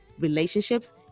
relationships